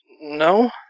No